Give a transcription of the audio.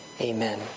Amen